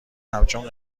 همچون